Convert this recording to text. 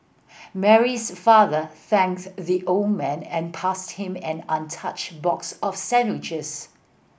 Mary's father thanked the old man and passed him an untouched box of sandwiches